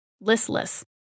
Listless